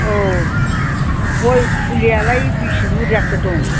औ गय फुलियालाय बेसे बुरजाथो दं